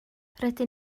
rydyn